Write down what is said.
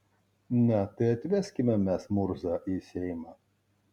na tai atveskime mes murzą į seimą